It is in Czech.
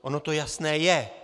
Ono to jasné je.